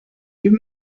give